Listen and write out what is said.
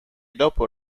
dopo